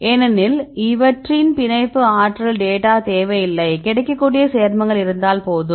ஏனெனில் அவற்றின் பிணைப்பு ஆற்றல் டேட்டா தேவையில்லை கிடைக்கக்கூடிய சேர்மங்கள் இருந்தால் போதும்